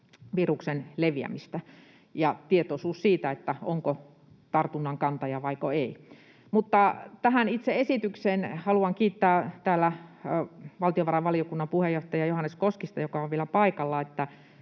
viruksen leviämistä ja lisätä tietoisuutta siitä, onko tartunnan kantaja vaiko ei. Tähän itse esitykseen: Haluan kiittää täällä valtiovarainvaliokunnan puheenjohtaja Johannes Koskista, joka on vielä paikalla,